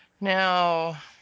Now